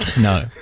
no